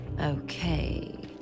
okay